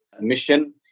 mission